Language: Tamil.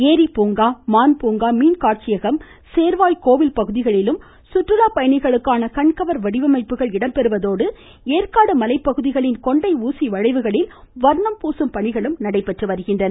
ரி பூங்கா மான்பூங்கா மீன்காட்சியகம் சேர்வாய் கோவில் பகுதிகளிலும் சுற்றுலா பயணிகளுக்கான கண்கவர் வடிவமைப்புகள் இடம்பெறுவதோடு ஏற்காடு மலை பகுதிகளில் கொண்டை ஊசி வளைவுகளில் வர்ணம் பூசும் பணிகள் நடைபெற்று வருகின்றன